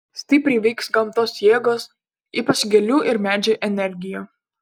stipriai veiks gamtos jėgos ypač gėlių ir medžių energija